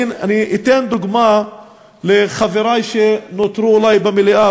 אני אתן דוגמה לחברי שנותרו במליאה,